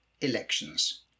elections